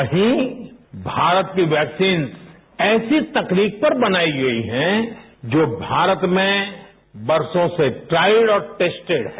वहीं भारत की वैक्सीन ऐसी तकनीक से बनाई गई है जो भारत में बरसो से ट्राइल और टेस्टिड है